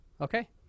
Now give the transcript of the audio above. Okay